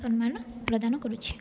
ସମ୍ମାନ ପ୍ରଦାନ କରୁଛି